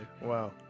Wow